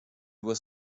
was